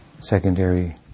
secondary